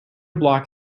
block